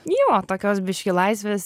jo tokios biškį laisvės